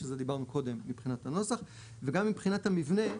שזה דיברנו קודם מבחינת הנוסח, וגם מבחינת המבנה,